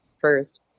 first